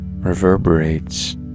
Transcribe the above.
reverberates